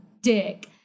dick